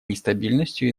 нестабильностью